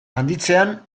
handitzean